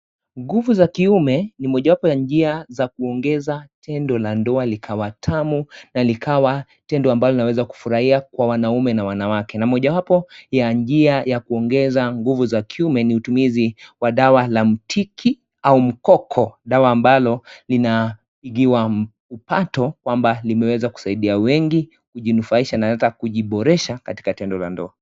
Nguvu za kiume ni mojawapo ya njia za kuongeza tendo la ndoa likawa tamu, na likawa tendo ambalo linaweza kufurahia kwa wanaume na wanawake. Na mojawapo ya njia ya kuongeza nguvu za kiume ni utumizi wa dawa la mtiki au mkoko, dawa ambalo linapigiwa mpato kwamba limeweza kusaidia wengi kujinufaisha na hata kujiboresha katika tendo la ndoa.